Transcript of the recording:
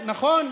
נכון.